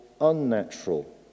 unnatural